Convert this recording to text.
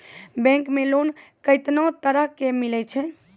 Bank मे loan कैतना तरह के मिलै छै?